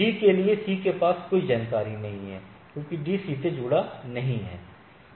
D के लिए C के पास कोई जानकारी नहीं है क्योंकि D सीधे जुड़ा नहीं है